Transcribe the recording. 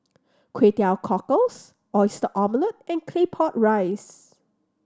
Kway Teow Cockles Oyster Omelette and Claypot Rice